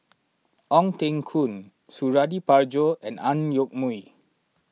Ong Teng Koon Suradi Parjo and Ang Yoke Mooi